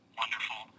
wonderful